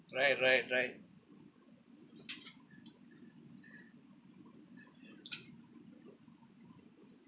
right right right